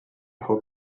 how